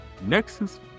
Nexus